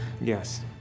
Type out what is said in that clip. Yes